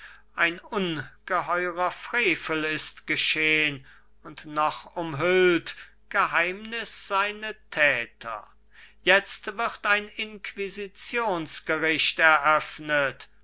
ein ungheurer frevel ist geschehn und noch umhüllt geheimnis seine täter jetzt wird ein inquisitionsgericht